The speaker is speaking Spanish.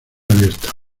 abierta